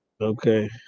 Okay